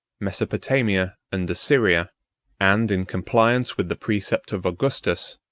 mesopotamia, and assyria and, in compliance with the precept of augustus,